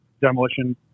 demolition